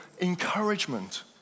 encouragement